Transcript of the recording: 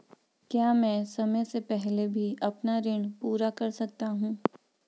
क्या मैं समय से पहले भी अपना ऋण पूरा कर सकता हूँ?